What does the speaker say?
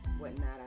whatnot